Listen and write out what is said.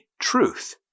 truth